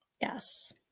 Yes